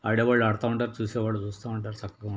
ఆడేవాళ్ళు ఆడుతుంటారు చూసేవాళ్ళు చూస్తూ ఉంటారు చక్కగా ఉంటుంది